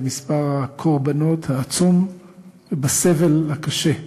במספר הקורבנות העצום ובסבל הקשה,